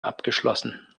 abgeschlossen